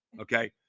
okay